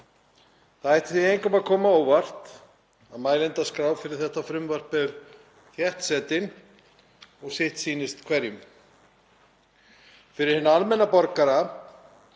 Það ætti engum að koma á óvart að mælendaskrá fyrir þetta frumvarp er þéttsetin og sitt sýnist hverjum. Fyrir hinn almenna borgara